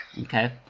Okay